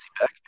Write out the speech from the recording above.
back